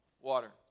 Water